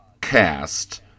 cast